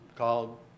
called